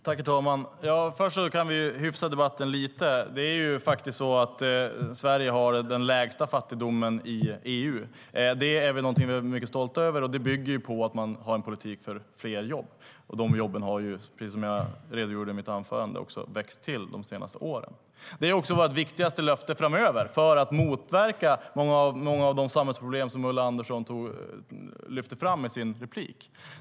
Herr talman! Först kan vi väl hyfsa debatten lite. Sverige har faktiskt den lägsta fattigdomen i EU. Det är någonting vi är mycket stolta över, och det bygger på att man har en politik för fler jobb. Jobben har ju, precis som jag redogjorde för i mitt anförande, växt till de senaste åren. Det är också vårt viktigaste löfte framöver för att motverka många av de samhällsproblem som Ulla Andersson lyfte fram i sin replik.